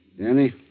Danny